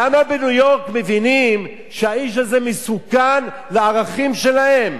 למה בניו-יורק מבינים שהאיש הזה מסוכן לערכים שלהם?